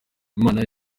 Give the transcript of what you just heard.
imana